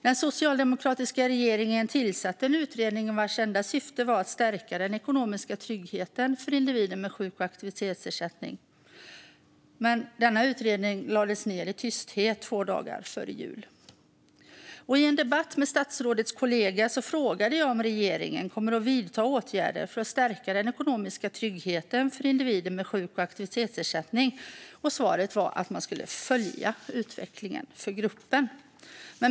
Den socialdemokratiska regeringen tillsatte en utredning vars enda syfte var att stärka den ekonomiska tryggheten för individer med sjuk och aktivitetsersättning. Men denna utredning lades ned i tysthet två dagar före jul. I en debatt med statsrådets kollega frågade jag om regeringen kommer att vidta åtgärder för att stärka den ekonomiska tryggheten för individer med sjuk och aktivitetsersättning. Svaret var att man ska följa utvecklingen för gruppen.